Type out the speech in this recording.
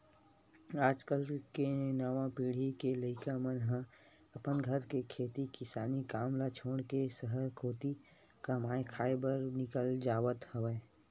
आज कल के नवा पीढ़ी के लइका मन ह अपन घर के खेती किसानी काम ल छोड़ के सहर कोती कमाए खाए बर निकल जावत हवय